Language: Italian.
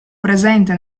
presente